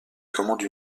commande